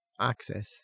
access